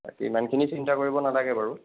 বাকী ইমানখিনি চিন্তা কৰিব নালাগে বাৰু